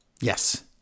Yes